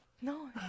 No